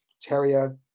terrier